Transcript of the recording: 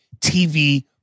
TV